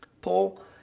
Paul